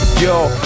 Yo